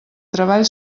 treball